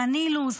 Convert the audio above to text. דן אילוז,